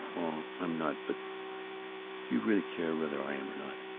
i'm not. but do you really care whether i am or not?